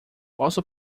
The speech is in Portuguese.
posso